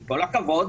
עם כל הכבוד,